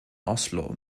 oslo